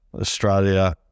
Australia